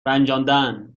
رنجاندن